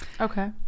Okay